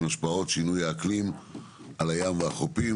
השפעות שינוי האקלים על הים והחופים,